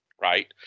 Right